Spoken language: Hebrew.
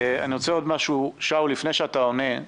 עוד משהו, שאול, לפני שאתה עונה.